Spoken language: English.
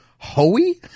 Hoey